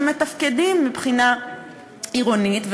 שמתפקדים מבחינה עירונית,